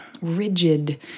rigid